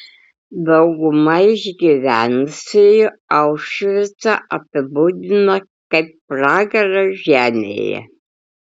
dauguma išgyvenusiųjų aušvicą apibūdiną kaip pragarą žemėje